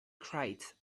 crate